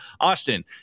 Austin